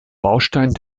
baustein